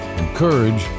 encourage